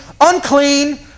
unclean